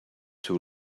too